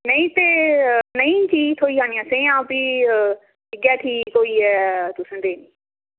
नेईं ते नेईं चीज़ थ्होई जानी असेंगी ते कोई तुसें देनी